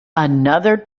another